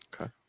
Okay